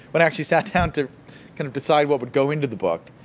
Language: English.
but actually sat down to kind of decide what would go into the book,